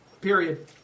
period